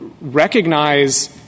recognize